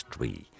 Tree